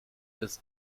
bis